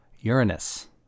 uranus